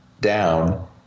down